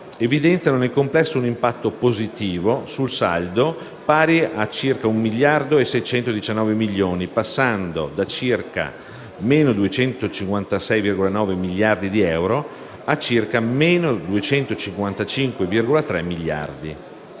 evidenziano nel complesso un impatto positivo sul saldo pari a circa un miliardo e 619 milioni, passando da circa - 256,9 miliardi di euro a circa - 255,3 miliardi.